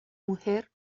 mujer